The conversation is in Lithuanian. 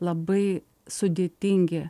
labai sudėtingi